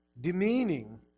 demeaning